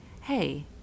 hey